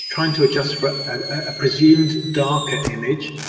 trying to adjust for and a presumed darker image.